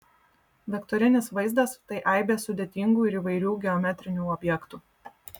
vektorinis vaizdas tai aibė sudėtingų ir įvairių geometrinių objektų